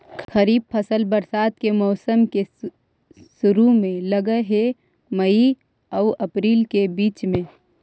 खरीफ फसल बरसात के मौसम के शुरु में लग हे, मई आऊ अपरील के बीच में